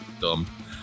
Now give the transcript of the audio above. dumb